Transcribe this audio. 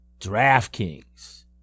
DraftKings